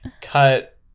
cut